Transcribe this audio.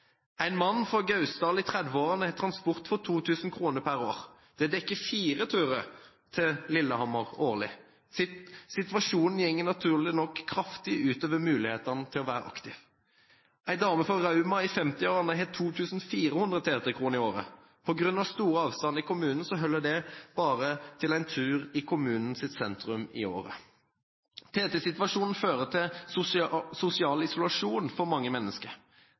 En mann fra Gausdal i 30-årene har transport for 2 000 kr per år. Det dekker fire turer til Lillehammer årlig. Situasjonen går naturlig nok kraftig ut over mulighetene til å være aktiv. En dame fra Rauma i 50-årene har 2 400 TT-kroner i året. På grunn av store avstander i kommunen holder det bare til en tur til kommunens sentrum i året. TT-situasjonen fører til sosial isolasjon for mange mennesker.